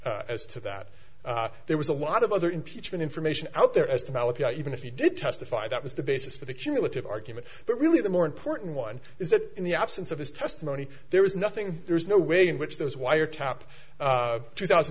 as to that there was a lot of other impeachment information out there as to how if you even if you did testify that was the basis for the cumulative argument but really the more important one is that in the absence of his testimony there is nothing there's no way in which those wiretap two thousand